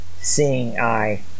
seeing-eye